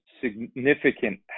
significant